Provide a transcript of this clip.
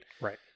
Right